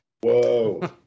Whoa